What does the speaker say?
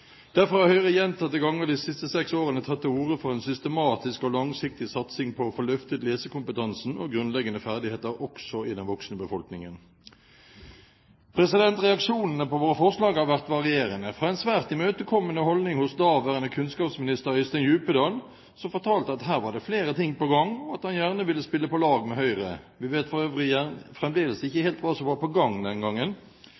Derfor har Høyre gjentatte ganger de siste seks årene tatt til orde for en systematisk og langsiktig satsing på å få løftet lesekompetansen og grunnleggende ferdigheter også i den voksne befolkningen. Reaksjonene på våre forslag har vært varierende, fra en svært imøtekommende holdning hos daværende kunnskapsminister Øystein Djupedal, som fortalte at her var det flere ting på gang, og at han gjerne ville spille på lag med Høyre – vi vet for øvrig fremdeles ikke